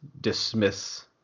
dismiss